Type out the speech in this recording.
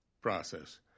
Process